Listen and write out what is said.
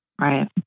Right